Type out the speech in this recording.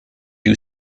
you